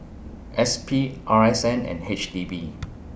S P R S N and H D B